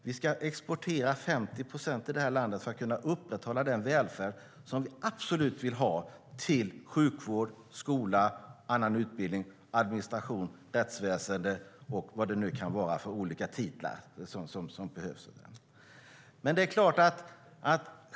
Vi ska exportera 50 procent i det här landet för att kunna upprätthålla den välfärd som vi absolut vill ha, som sjukvård, skola, annan utbildning, administration, rättsväsen och vad det nu kan vara som behövs.